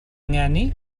ngeni